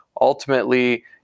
ultimately